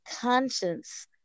conscience